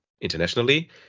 Internationally